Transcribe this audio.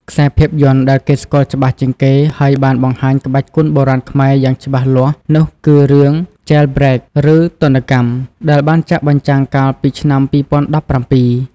ខ្សែភាពយន្តដែលគេស្គាល់ច្បាស់ជាងគេ ហើយបានបង្ហាញក្បាច់គុនបុរាណខ្មែរយ៉ាងច្បាស់លាស់នោះគឺរឿង "Jailbreak" ឬ "ទណ្ឌកម្ម" ដែលបានចាក់បញ្ចាំងកាលពីឆ្នាំ២០១៧។